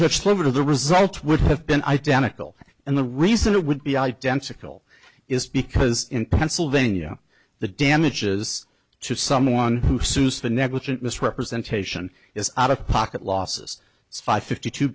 interests limit of the result would have been identical and the reason it would be identical is because in pennsylvania the damages to someone who sues the negligent misrepresentation is out of pocket losses five fifty t